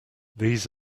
these